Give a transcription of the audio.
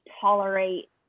tolerate